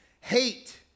Hate